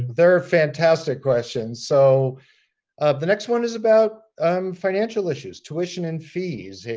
they're fantastic questions. so um the next one is about um financial issues, tuition and fees.